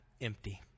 empty